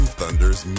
Thunders